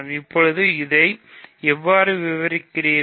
இப்போது இதை எவ்வாறு விவரிக்கிறீர்கள்